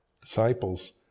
Disciples